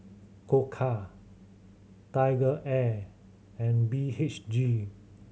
Koka TigerAir and B H G